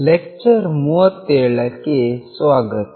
lecture 37ಕ್ಕೆ ಸ್ವಾಗತ